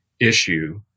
issue